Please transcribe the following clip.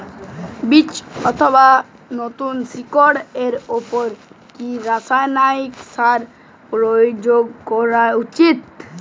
বীজ অথবা নতুন শিকড় এর উপর কি রাসায়ানিক সার প্রয়োগ করা উচিৎ?